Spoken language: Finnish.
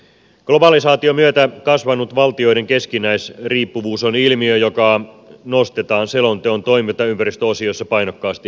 globalisaation myötä kasvanut valtioiden keskinäisriippuvuus on ilmiö joka nostetaan selonteon toimintaympäristöosiossa painokkaasti esiin